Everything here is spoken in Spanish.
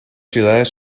ciudades